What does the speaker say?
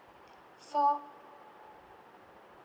for